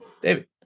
David